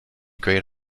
great